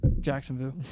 Jacksonville